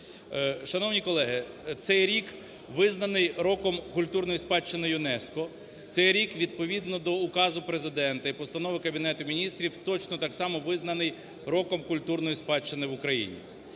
Шановні колеги, цей рік визнаний роком культурної спадщини ЮНЕСКО, цей рік відповідно до указу Президента і постанови Кабінету Міністрів точно так само визнаний роком культурної спадщини в Україні.